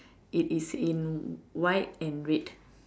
it is in white and red